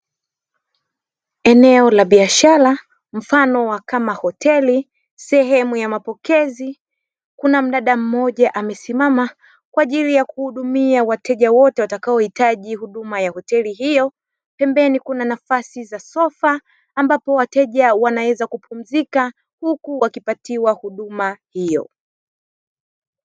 Eneo la biashara mfano wa kama hoteli, sehemu ya mapokezi kuna mdada mmoja amesimama kwa ajili ya kuhudumia wateja wote watakaohitaji huduma ya hoteli hiyo. Pembeni kuna nafasi za sofa ambapo wateja wanaweza kupumzika, huku wakipatiwa huduma hiyo.